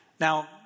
Now